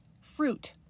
fruit